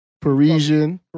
Parisian